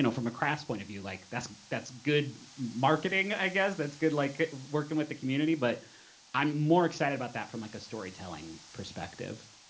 from a crafts point of view, like that's that's good marketing, i guess, that's good like working with the community, but i'm more excited about that from like a storytelling perspective.